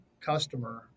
customer